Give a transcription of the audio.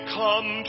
come